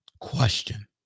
question